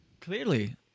Clearly